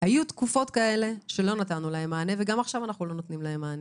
היו תקופות כאלה שלא נתנו להם מענה וגם עכשיו אנחנו לא נותנים להם מענה.